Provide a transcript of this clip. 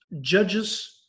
judges